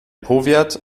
powiat